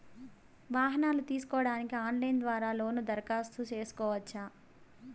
వాహనాలు తీసుకోడానికి ఆన్లైన్ ద్వారా లోను దరఖాస్తు సేసుకోవచ్చా?